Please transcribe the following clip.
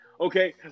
Okay